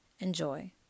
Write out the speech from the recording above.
Enjoy